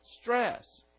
stress